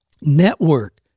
Network